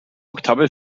oktave